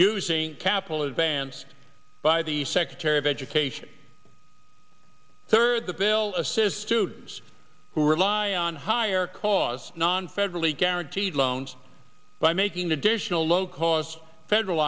using capital advanced by the secretary of education third the bill says students who rely on higher cause non federally guaranteed loans by making additional low cost federal